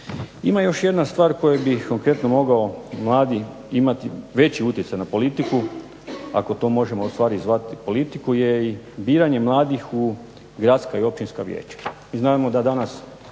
Ima još jedna stvar koju bih konkretno mogao mladi imati veći utjecaj na politiku ako to možemo u stvari zvati politiku je i biranje mladih u gradska i općinska vijeća. Mi znamo da danas